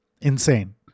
Insane